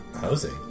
housing